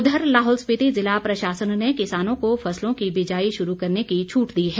उधर लाहौल स्पीति ज़िला प्रशासन ने किसानों को फसलों की बिजाई शुरू करने की छूट दी है